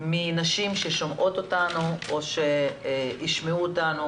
מהנשים ששומעות אותנו או שישמעו אותנו